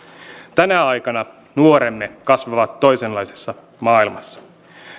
tänä aikana nuoremme kasvavat toisenlaisessa maailmassa